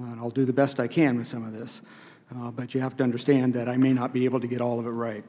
will do the best i can with some of this but you have to understand that i may not be able to get all of it right